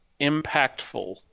impactful